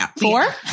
Four